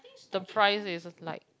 the price is like